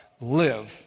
live